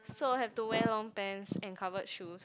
so have to wear long pants and covered shoes